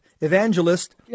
evangelist